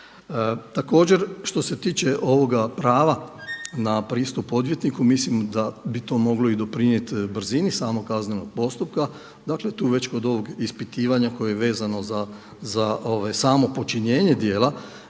Također što se tiče prava na pristup odvjetniku, mislim da bi to moglo i doprinijeti samog kaznenog postupka. Dakle tu već kod ovog ispitivanja koje je vezano za samo počinjenje djela,